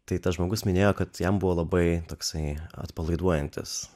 tai tas žmogus minėjo kad jam buvo labai toksai atpalaiduojantis